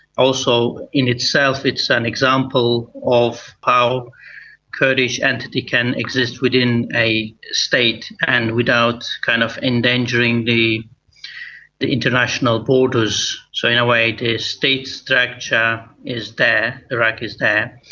also in itself it's an example of how kurdish entity can exist within a state and without kind of endangering the the international borders, so in a way the state structure is there, iraq is there,